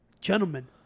Gentlemen